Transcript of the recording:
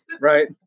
Right